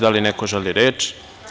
Da li neko želi reč?